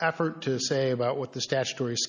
effort to say about what the statutory